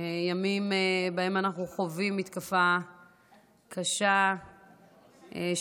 ימים שבהם אנחנו חווים מתקפה קשה של